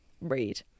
Read